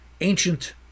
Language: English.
ancient